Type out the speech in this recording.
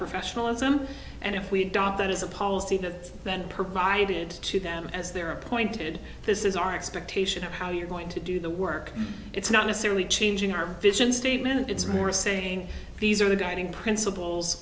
professionalism and if we don't that is a policy that then provide it to them as their appointed this is our expectation of how you're going to do the work it's not necessarily changing our vision statement it's more saying these are the guiding principles